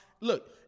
Look